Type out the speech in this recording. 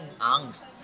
angst